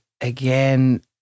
again